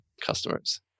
customers